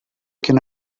can